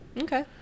Okay